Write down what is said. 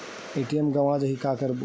ATM गवां जाहि का करबो?